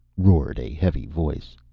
roared a heavy voice.